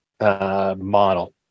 model